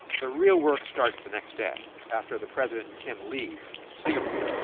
the real work starts the next day after the president and kim leave singapore.